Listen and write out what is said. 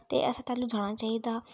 ते असें थैलू जाना चाहिदा